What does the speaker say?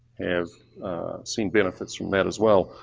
have seen benefits from that as well.